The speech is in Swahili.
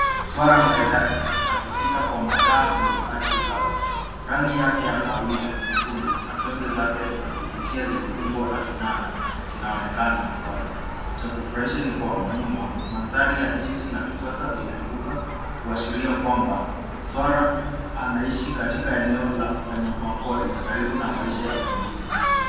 Swara maridadi akipita kwa madaha kwenye ardhi kavu. Rangi ya kahawia nyekundu na pembe zake za kuvutia zenye umbo za kinana zinaonekana wazi. Cha kufurahisha ni kwamba nyuma, mandhari ya jiji la kisasa linaibuka kuashiria kwamba swara anaishi katika eneo la wanyamapori karibu na maisha ya mjini.